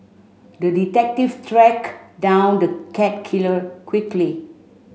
the detective tracked down the cat killer quickly